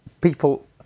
people